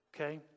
Okay